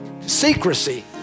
secrecy